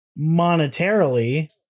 monetarily